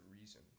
reason